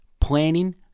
planning